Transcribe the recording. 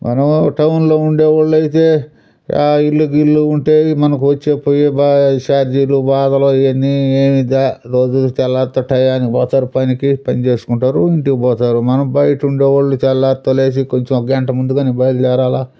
మనము టౌన్లో ఉండేవాళ్ళు అయితే ఆ ఇల్లుకి ఇల్లు ఉంటేది మనకి వచ్చే పోయే బా ఛార్జీలు బాధలు ఇవన్నీ ఏమి జా రోజులు తెల్లారితో టయానికి పోతారు పనికి పని చేసుకుంటారు ఇంటికి పోతారు మనం బయట ఉండే వోళ్ళు తెల్లారితో లేచి కొంచెం గంట ముందుగానే బయలుదేరాలా